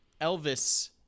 Elvis